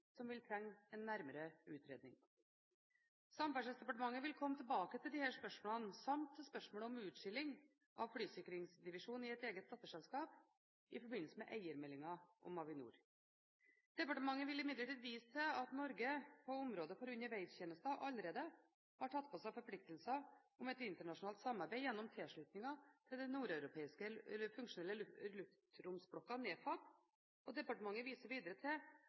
som vil trenge en nærmere utredning. Samferdselsdepartementet vil komme tilbake til disse spørsmålene samt spørsmålet om utskilling av flysikringsdivisjonen i et eget datterselskap i forbindelse med eiermeldingen om Avinor. Departementet vil imidlertid vise til at Norge på området for undervegstjenester allerede har tatt på seg forpliktelser om et internasjonalt samarbeid gjennom tilslutningen til den nordeuropeiske funksjonelle luftromsblokken NEFAB. Departementet viser videre til